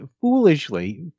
foolishly